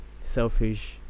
selfish